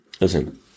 Listen